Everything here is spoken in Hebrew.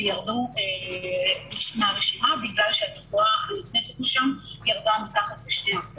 שירדו מהרשימה בגלל שהתחלואה שנכנסת משם ירדה מתחת ל-2%.